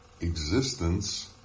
existence